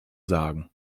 sagen